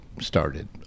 started